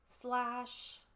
Slash